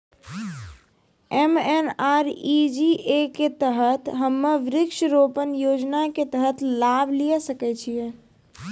MNREGA के तहत हम्मय वृक्ष रोपण योजना के तहत लाभ लिये सकय छियै?